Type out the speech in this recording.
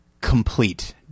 complete